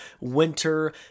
winter